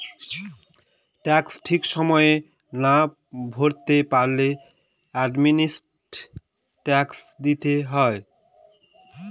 tax ঠিক সময়ে না ভরতে পারলে অ্যামনেস্টি ট্যাক্স দিতে হয়